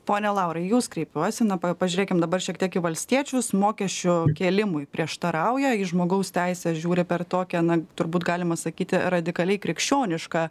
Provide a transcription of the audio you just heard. pone laurai į jus kreipiuosi na pažiūrėkim dabar šiek tiek į valstiečius mokesčių kėlimui prieštarauja į žmogaus teises žiūri per tokią na turbūt galima sakyti radikaliai krikščionišką